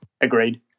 Agreed